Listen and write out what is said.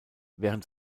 während